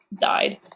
died